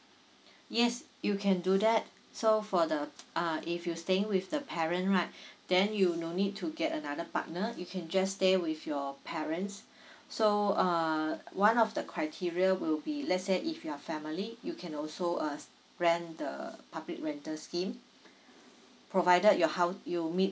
yes you can do that so for the uh if you staying with the parent right then you no need to get another partner you can just stay with your parents so uh one of the criteria will be let's say if you're family you can also uh rent the public rental scheme provided your house you meet